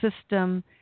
system